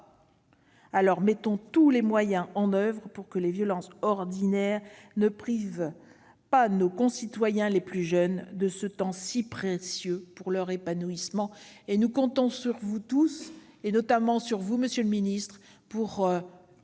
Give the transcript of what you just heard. Alors, mettons tous les moyens en oeuvre pour que les violences ordinaires ne privent pas nos concitoyens les plus jeunes de ce temps si précieux pour leur épanouissement. Nous comptons sur vous tous, notamment sur vous, monsieur le secrétaire